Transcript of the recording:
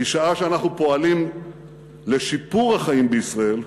כי שעה שאנחנו פועלים לשיפור החיים בישראל,